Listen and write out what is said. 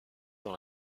dans